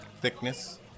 thickness